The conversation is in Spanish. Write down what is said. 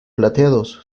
plateados